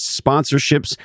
sponsorships